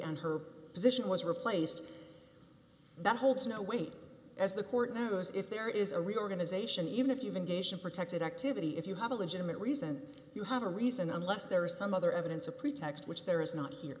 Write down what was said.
and her position was replaced that holds no weight as the court that was if there is a reorganization even if you engage in protected activity if you have a legitimate reason you have a reason unless there is some other evidence a pretext which there is not here